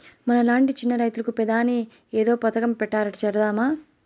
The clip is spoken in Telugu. మనలాంటి చిన్న రైతులకు పెదాని ఏదో పథకం పెట్టారట చేరదామా